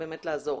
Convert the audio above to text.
אני אשמח